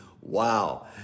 Wow